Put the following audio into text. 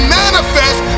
manifest